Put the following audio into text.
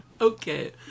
Okay